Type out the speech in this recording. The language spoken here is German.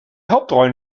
hauptrollen